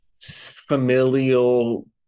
familial